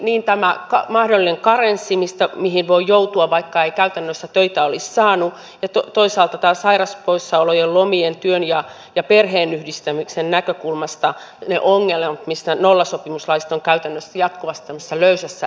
niin tämä mahdollinen karenssi mihin voi joutua vaikka ei käytännössä töitä olisi saanut kuin toisaalta ongelmat sairauspoissaolojen lomien ja työn ja perheen yhdistämisen näkökulmasta kun nollasopimuslaiset ovat käytännössä jatkuvasti tällaisessa löysässä hirressä